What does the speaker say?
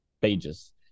pages